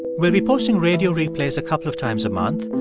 it. we'll be posting radio replays a couple of times a month.